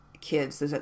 kids